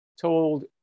told